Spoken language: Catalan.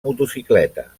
motocicleta